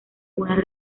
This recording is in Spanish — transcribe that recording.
una